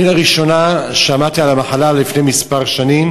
אני לראשונה שמעתי על המחלה לפני כמה שנים,